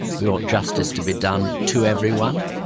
we want justice to be done to everyone,